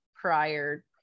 prior